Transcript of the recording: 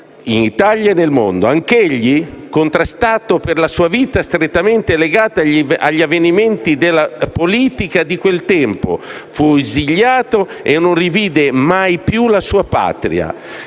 italiana. Anch'egli, contrastato per la sua vita strettamente legata agli avvenimenti della politica, fu esiliato e non rivide mai più la sua patria.